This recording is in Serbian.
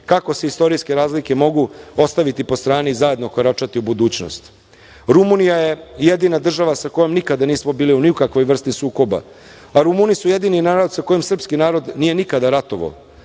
kako se istorijske razlike mogu ostaviti po strani i zajedno koračati u budućnost“.Rumunija je jedina država sa kojom nikada nismo bili ni u kakvoj vrsti sukobi, a Rumuni su jedini narod sa kojim srpski narod nije nikada ratovao.